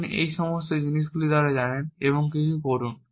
আপনি এই সমস্ত জিনিসগুলি দ্বারা জানেন এবং কিছু করুন